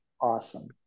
awesome